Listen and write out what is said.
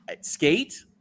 skate